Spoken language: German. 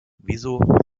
wieso